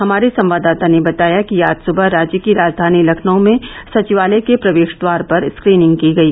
हमारे संवाददाता ने बताया कि आज सुबह राज्य की राजधानी लखनऊ में सचिवालय के प्रवेश द्वार पर स्क्रीनिंग की गई